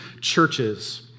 churches